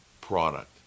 product